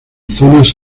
zonas